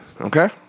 okay